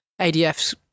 ADF's